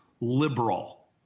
liberal